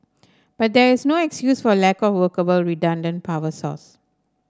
but there is no excuse for lack of workable redundant power source